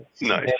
Nice